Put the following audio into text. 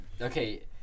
okay